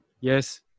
Yes